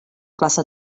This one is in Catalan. classe